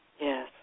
Yes